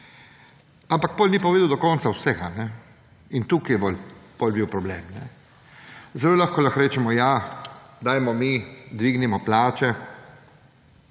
potem ni povedal do konca vsega. In tukaj je potem bil problem. Zelo lahko lahko rečemo, ja, dajmo mi, dvignimo plače